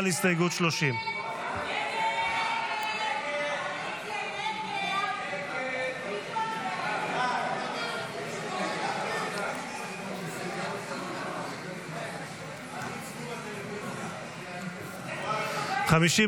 על הסתייגות 30. הסתייגות 30